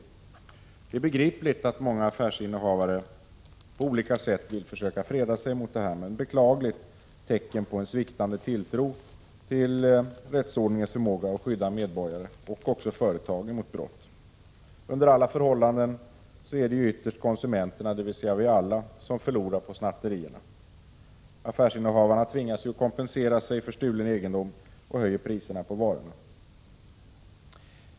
Det är begripligt att många affärsinnehavare på olika sätt vill försöka freda sig mot snatterier, men det är här fråga om ett beklagligt tecken på sviktande tilltro tillstatens förmåga att skydda medborgare och företag mot brott. Under alla förhållanden är det ju ytterst konsumenterna, dvs. vi alla, som förlorar på snatterierna. Affärsinnehavarna tvingas kompensera sig för stulen egendom och höjer priserna på varorna.